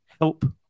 help